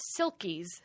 silkies